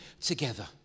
together